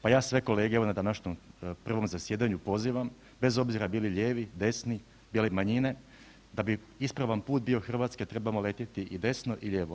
Pa ja sve kolege evo na današnjem prvom zasjedanju pozivam, bez obzira bili lijevi, desni ili manjine, da bi ispravan put bio Hrvatske, trebamo letjeti i desno i lijevo.